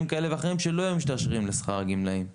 כאלה ואחרים שלא היו משתרשרים לשכר הגמלאים ולכן,